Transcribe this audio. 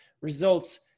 results